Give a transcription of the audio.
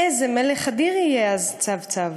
/ איזה מלך אדיר יהיה אז צב-צב'.